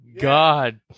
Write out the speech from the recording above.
God